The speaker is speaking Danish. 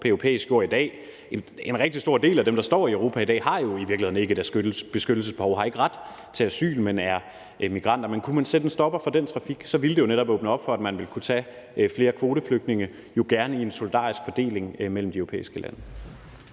En rigtig stor del af dem, der står i Europa i dag, har i virkeligheden ikke et beskyttelsesbehov og har ikke ret til asyl, men er migranter. Men kunne man sætte en stopper for den trafik, ville det jo netop åbne op for, at man ville kunne tage flere kvoteflygtninge – gerne i en solidarisk fordeling mellem de europæiske lande.